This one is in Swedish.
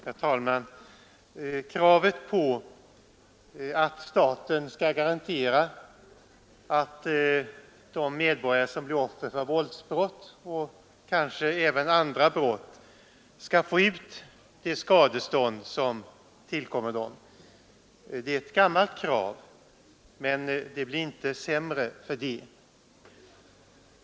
Herr talman! Kravet på att staten skall garantera att de medborgare som blir offer för våldsbrott och kanske även andra brott skall få ut det skadestånd som tillkommer dem är gammalt men det blir därför inte sämre.